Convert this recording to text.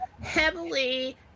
heavily